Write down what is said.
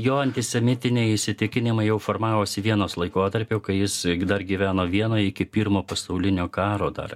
jo antisemitiniai įsitikinimai jau formavosi vienos laikotarpiu kai jis dar gyveno vienoj iki pirmo pasaulinio karo dar